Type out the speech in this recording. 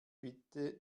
bitte